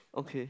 okay